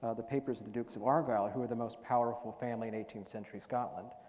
ah the papers of the dukes of argyll who are the most powerful family in eighteenth century scotland.